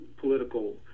political